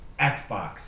Xbox